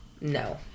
No